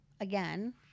again